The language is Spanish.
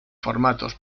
formatos